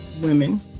women